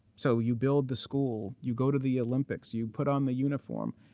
so you build the school, you go to the olympics, you put on the uniform.